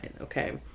Okay